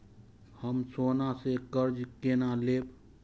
हम सोना से कर्जा केना लैब?